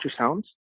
ultrasounds